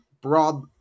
broad